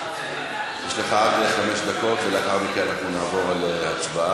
יש לך עד חמש דקות, ולאחר מכן אנחנו נעבור להצבעה.